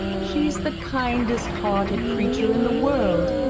she's the kindest-hearted creature in the world,